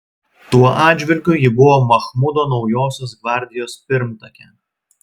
tuo atžvilgiu ji buvo machmudo naujosios gvardijos pirmtakė